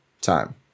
time